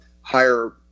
higher